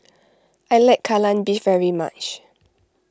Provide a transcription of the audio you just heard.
I like Kai Lan Beef very much